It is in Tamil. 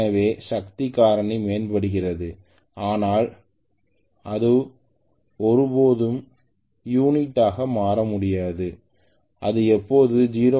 எனவே சக்தி காரணி மேம்படுகிறது ஆனால் அது ஒருபோதும் யூனிட்டிஆக மாற முடியாது அது எப்போதும் 0